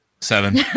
Seven